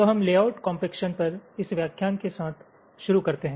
तो हम layout compaction पर इस व्याख्यान के साथ शुरू करते हैं